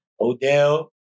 Odell